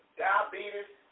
diabetes